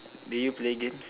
do you play games